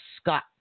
Scott